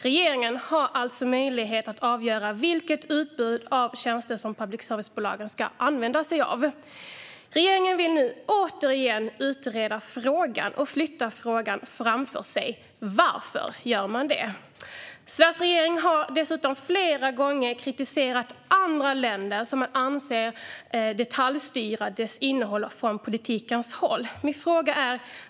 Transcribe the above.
Regeringen har alltså möjlighet att avgöra vilket utbud av tjänster som public service-bolagen ska använda sig av. Regeringen vill nu återigen utreda frågan och flytta den framför sig. Varför gör man det? Sveriges regering har dessutom flera gånger kritiserat andra länder som man anser detaljstyr public services innehåll från politikernas håll.